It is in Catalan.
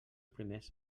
primers